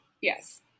yes